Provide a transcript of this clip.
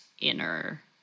inner